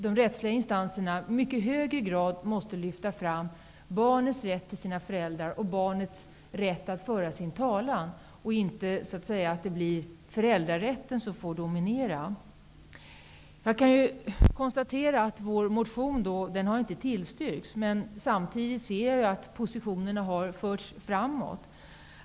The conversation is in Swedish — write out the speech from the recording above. De rättsliga instanserna måste i mycket högre grad lyfta fram barnets rätt till sina föräldrar och barnets rätt att föra sin talan, så att det inte blir föräldrarätten som får dominera. Jag kan konstatera att vår motion inte har tillstyrkts, men samtidigt ser jag att positionerna har förts framåt.